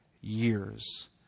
years